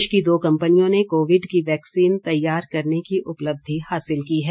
देश की दो कम्पनियों ने कोविड की वैक्सीन तैयार करने की उपलब्धि हासिल की है